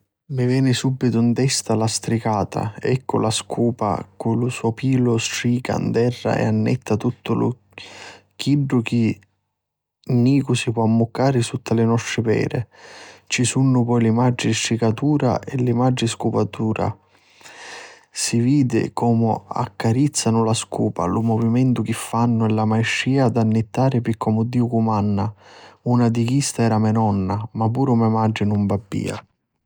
Mi veni subitu 'n testa la stricata, eccu la scupa cu lu so pilu strica 'n terra e annetta tuttu chiddu chi di chiù nicu si po ammucciari sutta li nostri peri. Ci sunnu poi li matri stricatura e li mastri scupatura, si vidi comu accarizzanu la scupa, lu muvimentu chi fannu e la maistria d'annittari pi comu Diu cumanna. Una di chisti era me nonna, ma puru me matri nun babbia.